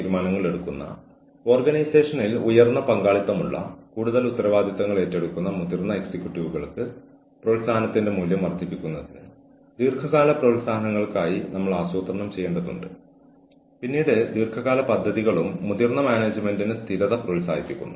അല്ലെങ്കിൽ human resource മാനേജർമാർ എന്ന നിലയിലുള്ള നമ്മളുടെ ജോലിയുടെ പരിധിയിൽ നേരിടുന്ന പ്രശ്നങ്ങൾ നമുക്ക് മുൻകൂട്ടി കാണാൻ കഴിയുമെങ്കിൽ നമ്മളുടെ ജീവനക്കാരെ അച്ചടക്കമാക്കേണ്ടതിന്റെ ആവശ്യകത തടയാൻ നമ്മൾക്ക് കഴിഞ്ഞേക്കും